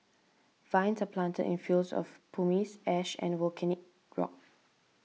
vines are planted in fields of pumice ash and volcanic rock